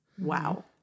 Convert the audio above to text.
Wow